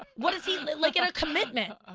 um what is he, like in a commitment?